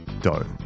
dough